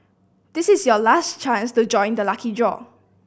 this is your last chance to join the lucky draw